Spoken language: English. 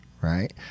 right